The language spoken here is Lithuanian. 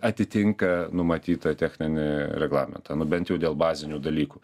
atitinka numatytą techninį reglamentą nu bent jau dėl bazinių dalykų